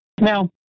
Now